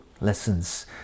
lessons